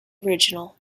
original